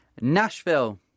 Nashville